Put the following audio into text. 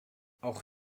auch